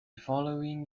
following